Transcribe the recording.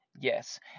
Yes